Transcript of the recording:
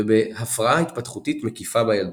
וב"הפרעה התפתחותית מקיפה בילדות".